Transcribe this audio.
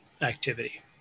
activity